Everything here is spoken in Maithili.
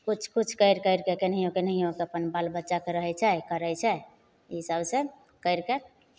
किछु किछु करि करि कऽ केनाहियो केनाहियो कऽ अपन बाल बच्चाके रहै छै करै छै ई सभसँ करि कऽ